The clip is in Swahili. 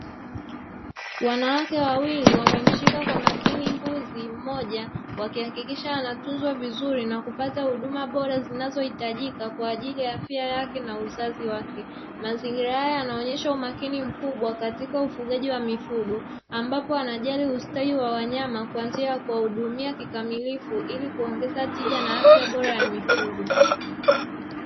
Wanawake wawili wamemshika kwa makini mbuzi mmoja, wakihakikisha wanatunzwa vizuri na kupata huduma bora zinazohitajika, kwa ajili ya afya yake na uzazi wake, mazingira haya yanaonyesha umakini mkubwa katika ufugaji wa mifugo, ambapo wanajali ustawi wa wanyama kuanzia kuwahudumia kikamilifu, ili kuongeza tija na fya bora ya mifugo.